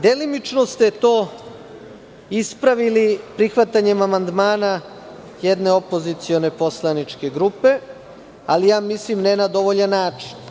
Delimično ste to ispravili prihvatanjem amandmana jedne opozicione poslaničke grupe, ali ja mislim ne na dovoljan način.